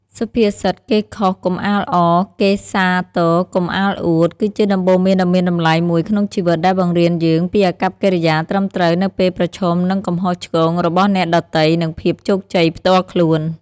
សុភាសិត "គេខុសកុំអាលអរ គេសាទរកុំអាលអួត" គឺជាដំបូន្មានដ៏មានតម្លៃមួយក្នុងជីវិត ដែលបង្រៀនយើងពីអាកប្បកិរិយាត្រឹមត្រូវនៅពេលប្រឈមនឹងកំហុសឆ្គងរបស់អ្នកដទៃ និងភាពជោគជ័យផ្ទាល់ខ្លួន។